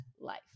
Life